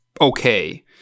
okay